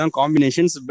combinations